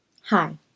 Hi